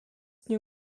nie